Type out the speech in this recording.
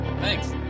Thanks